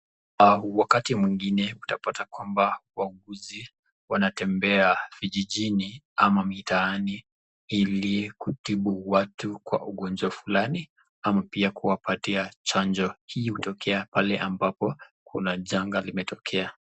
Wakati mwengine utapata kwamba wauguzi wanatembea vijijini ama mitaani, ili kutibu watu ugonjwa kwa fulani, ama pia kuwapatia chanjo, hili hutokea pale ambapo kuna janga limetokea.